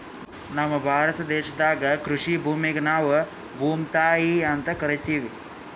ನಮ್ ಭಾರತ ದೇಶದಾಗ್ ಕೃಷಿ ಭೂಮಿಗ್ ನಾವ್ ಭೂಮ್ತಾಯಿ ಅಂತಾ ಕರಿತಿವ್